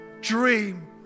dream